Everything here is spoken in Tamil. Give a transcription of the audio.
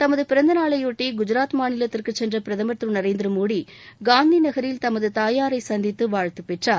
தமது பிறந்த நாளையொட்டி குஜராத் மாநிலத்திற்கு சென்ற பிரதமர் திரு நரேந்திர மோடி காந்திநகரில் தமது தாயாரை சந்தித்து வாழ்த்துப் பெற்றார்